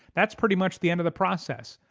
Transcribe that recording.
that's pretty much the end of the process.